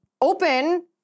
open